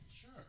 Sure